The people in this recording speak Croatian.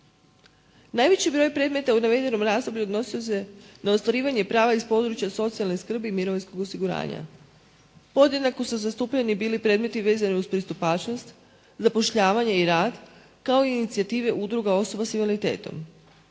Najveći broj predmeta u navedenom razdoblju odnosio se na ostvarivanje prava iz područja socijalne skrbi i mirovinskog osiguranja. Podjednako su jednako bili zastupljeni vezani uz pristupačnost, zapošljavanje i rad, kao i inicijative udruga osoba sa invaliditetom.